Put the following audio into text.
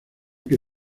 que